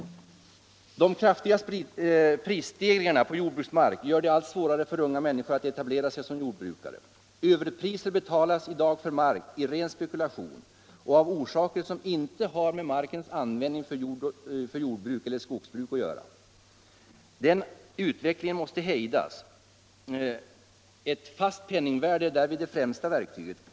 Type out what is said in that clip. De kraftiga prisstegringarna på jordbruksmark gör det allt svårare för unga människor att etablera sig som jordbrukare. Överpriser betalas i dag för mark i ren spekulation och av orsaker som inte har med markens användning för jordbruk eller skogsbruk att göra. Denna utveckling måste hejdas. Ett fast penningvärde är därvid det främsta verktyget.